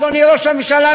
אדוני ראש הממשלה,